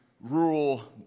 rural